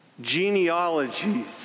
genealogies